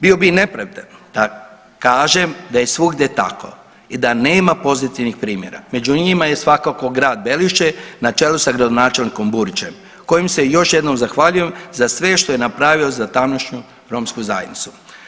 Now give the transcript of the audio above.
Bio bi nepravedan da kažem da je svugdje tako i da nema pozitivnih primjera, među njima je svakako grad Belišće na čelu sa gradonačelnikom Burićem kojem se još jednom zahvaljujem za sve što je napravio za tamošnju romsku zajednicu.